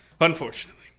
Unfortunately